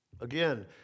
Again